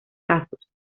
casos